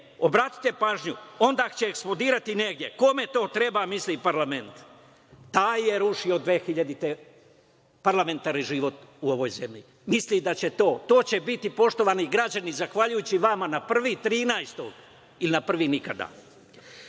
obratite pažnju: „Onda će eksplodirati negde“.Kome to treba, misli parlament? Taj je rušio 2000. godine parlamentarni život u ovoj zemlji. Misli da će to. To će biti, poštovani građani, zahvaljujući vama na prvi trinaestog ili na prvi nikada. Evo,